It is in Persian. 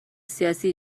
سیاسی